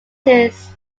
his